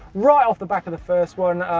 right off the back of the first one.